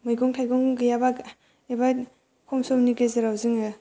मेगं थायगं गैयाबा एबा खम समनि गेजेराव जोङो